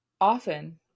often